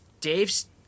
Dave's